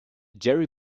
gerry